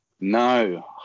No